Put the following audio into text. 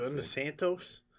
Santos